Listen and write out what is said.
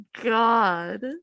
god